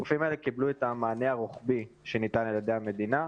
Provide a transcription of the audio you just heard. הגופים האלה קיבלו את המענה הרוחבי שניתן על-ידי המדינה,